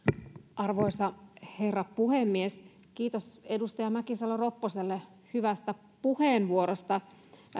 arvoisa herra puhemies kiitos edustaja mäkisalo ropposelle hyvästä puheenvuorosta